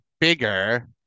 bigger